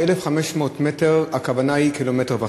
ש-1,500 מטר הכוונה היא 1.5 קילומטר.